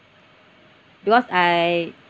because I